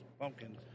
Pumpkins